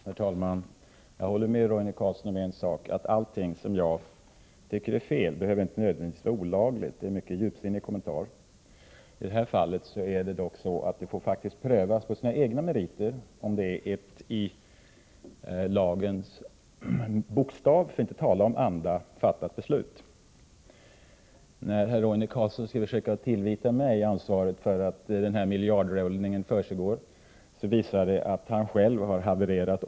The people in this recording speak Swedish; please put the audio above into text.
Herr talman! Jag håller med Roine Carlsson om en sak, nämligen att allt som jag tycker är fel inte behöver vara olagligt. Det var en mycket djupsinnig kommentar från statsrådets sida! I detta fall får det dock prövas på sina egna meriter om det är ett i lagens bokstav — för att inte tala om lagens anda — fattat beslut. Att herr Roine Carlsson försöker tillvita mig ansvaret för att denna miljardrullning försiggår visar att han själv har havererat.